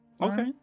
Okay